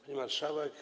Pani Marszałek!